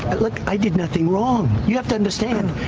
look, i did nothing wrong. you have to understand.